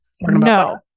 no